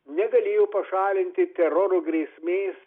negalėjo pašalinti teroro grėsmės